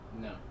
No